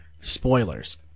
spoilers